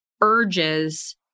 urges